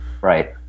Right